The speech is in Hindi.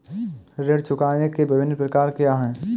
ऋण चुकाने के विभिन्न प्रकार क्या हैं?